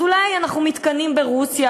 אז אולי אנחנו מתקנאים ברוסיה,